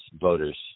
voters